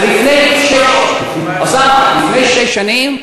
לפני שש שנים.